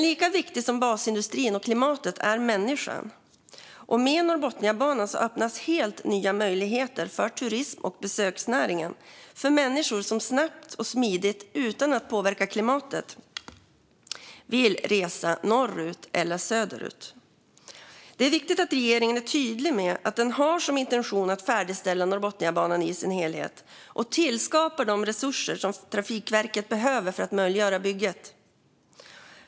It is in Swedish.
Lika viktig som basindustrin och klimatet är dock människan, och med Norrbotniabanan öppnas helt nya möjligheter inom turism och besöksnäringen för människor som snabbt och smidigt vill resa norrut eller söderut utan att påverka klimatet. Det är viktigt att regeringen är tydlig med att den har som intention att färdigställa Norrbotniabanan i sin helhet och tillföra de resurser som Trafikverket behöver för att möjliggöra bygget.